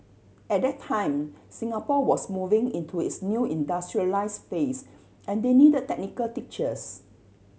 at that time Singapore was moving into its new industrialise phase and they need technical teachers